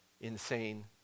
Insane